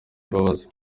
mbabazi